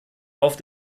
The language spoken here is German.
auf